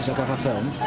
gonna film